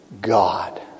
God